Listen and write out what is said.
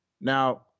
Now